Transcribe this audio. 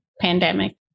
pandemic